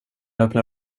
öppna